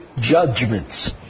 judgments